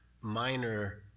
minor